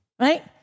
right